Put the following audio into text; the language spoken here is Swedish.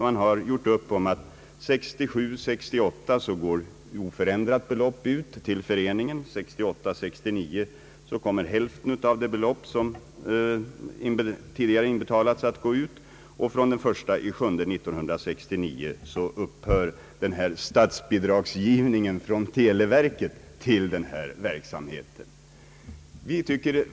Man har gjort upp på det sättet att för 1967 69 kommer hälften av det belopp som tidigare inbetalats att överlämnas, och den 1/7 1969 upphör denna form av bidragsgivning från televerket.